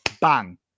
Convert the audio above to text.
bang